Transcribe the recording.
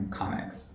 comics